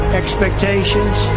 expectations